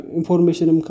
information